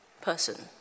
person